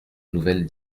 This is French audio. nouvelles